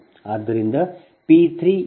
ಆದ್ದರಿಂದ ಪಿ 3 2